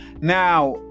Now